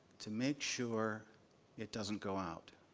to make sure it doesn't go out.